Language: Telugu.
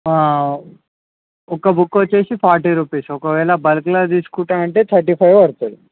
ఒక బుక్ వచ్చేసి ఫార్టీ రూపీస్ ఒక వేళా బల్క్లో తీసుకుంటాను అంటే తర్టీ ఫైవ్ పడుతుంది